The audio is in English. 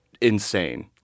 insane